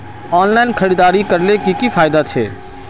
Online खरीदारी करले की की फायदा छे?